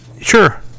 sure